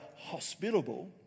hospitable